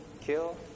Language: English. kill